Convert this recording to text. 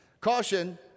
Caution